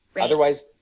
Otherwise